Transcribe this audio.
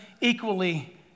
equally